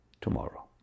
tomorrow